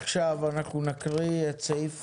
עכשיו אנחנו נקריא את סעיף